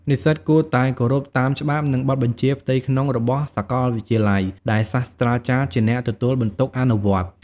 និស្សិតគួរតែ គោរពតាមច្បាប់ និងបទបញ្ជាផ្ទៃក្នុង របស់សាកលវិទ្យាល័យ ដែលសាស្រ្តាចារ្យជាអ្នកទទួលបន្ទុកអនុវត្ត។